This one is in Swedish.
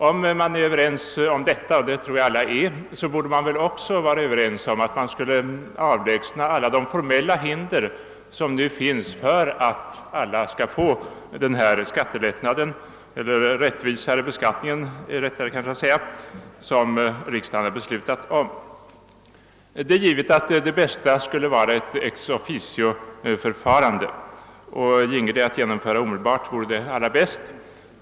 Om man är överens om detta — och det tror jag att alla är — borde man väl också vara överens om att avlägsna de formella hinder som nu kan uppstå för att alla skall få denna rättvisare beskattning som riksdagen har beslutat om. Det är givet att det bästa skulle vara ett ex officio-förfarande, och ginge detta att genomföra omedelbart vore det allra bäst.